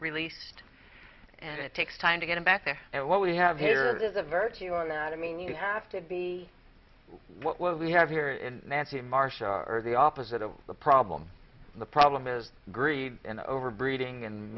released and it takes time to get him back there and what we have here is a virtue on that i mean you have to be what we have here in nancy marshall are the opposite of the problem the problem is greed and overbreeding and